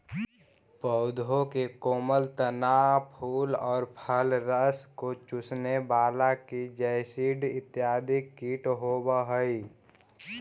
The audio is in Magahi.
पौधों के कोमल तना, फूल और फल के रस को चूसने वाले की जैसिड इत्यादि कीट होवअ हई